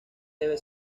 debe